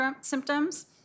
symptoms